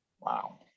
Wow